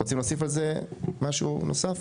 רוצים להוסיף על זה משהו נוסף?